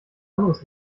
anderes